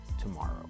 tomorrow